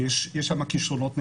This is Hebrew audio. יש שם כישרונות נהדרים,